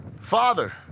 Father